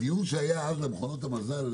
הדיון שהיה אז על מכונות המזל,